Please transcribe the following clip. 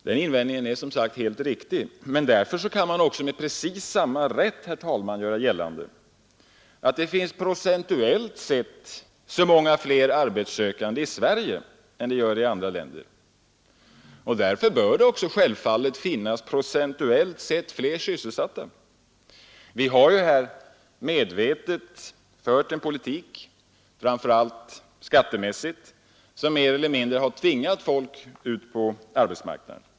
Den invändningen är som sagt helt riktig, men därför kan man med precis samma rätt göra gällande att det finns procentuellt sett så många fler arbetssökande i Sverige än det gör i andra länder och att det självfallet också borde finnas procentuellt sett fler sysselsatta. Vi har ju här medvetet fört en politik, framför allt skattemässigt, som mer eller mindre har tvingat folk ut på arbetsmarknaden.